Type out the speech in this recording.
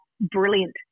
brilliant